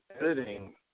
editing